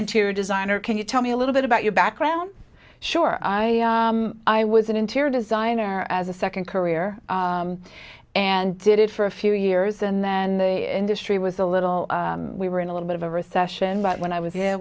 interior designer can you tell me a little bit about your background sure i i was an interior designer as a second career and did it for a few years and then the industry was a little we were in a little bit of a recession but when i was